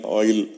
oil